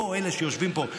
אלה שיושבים פה,